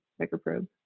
microprobe